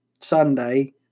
Sunday